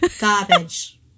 Garbage